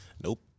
Nope